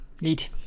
Neat